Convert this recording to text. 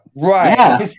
Right